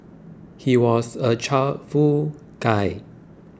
he was a cheerful guy